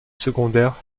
secondaire